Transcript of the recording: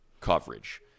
coverage